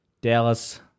Dallas